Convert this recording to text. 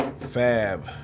fab